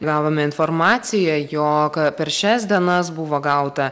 gavome informaciją jog per šias dienas buvo gauta